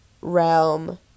realm